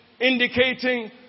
indicating